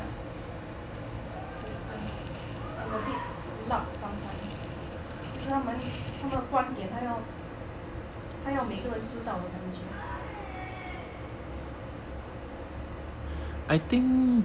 open err a bit loud sometime 就是他们他们的观点他们要他们要每个人知道的感觉